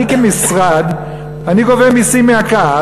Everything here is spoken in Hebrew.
אני כמשרד גובה מסים מהקהל,